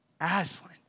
Aslan